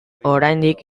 oraindik